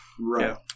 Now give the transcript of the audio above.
Right